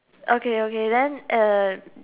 okay okay then uh